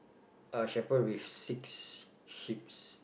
a shepherd with six sheep's